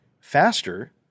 Faster